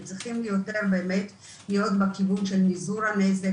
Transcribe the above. הם צריכים יותר להיות בכיוון של מיזעור הנזק